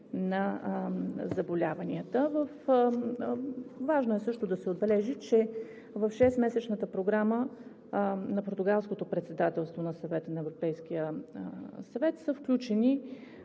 на заболяванията. Важно е също да се отбележи, че в Шестмесечната програма на португалското председателство на Съвета на Европейския съюз са включени